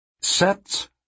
Sets